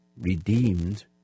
redeemed